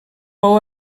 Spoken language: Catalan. fou